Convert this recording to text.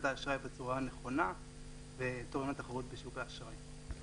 האשראי בצורה נכונה --- בשוק האשראי.